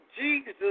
Jesus